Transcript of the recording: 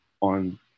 on